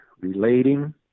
relating